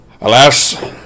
Alas